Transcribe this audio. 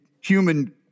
human